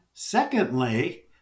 Secondly